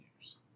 years